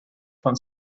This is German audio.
von